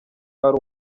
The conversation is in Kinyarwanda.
ari